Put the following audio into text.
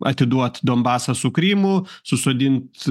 atiduot donbasą su krymu susodint